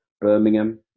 Birmingham